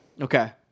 Okay